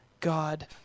God